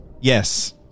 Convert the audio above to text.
Yes